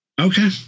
Okay